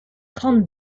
trente